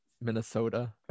minnesota